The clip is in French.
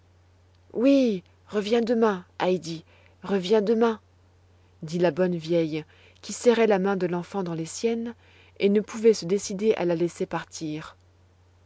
oui reviens demain heidi reviens demain dit la bonne vieille qui serrait la main de l'enfant dans les siennes et ne pouvait se décider à la laisser partir